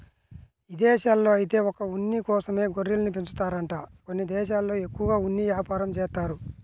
ఇదేశాల్లో ఐతే ఒక్క ఉన్ని కోసమే గొర్రెల్ని పెంచుతారంట కొన్ని దేశాల్లో ఎక్కువగా ఉన్ని యాపారం జేత్తారు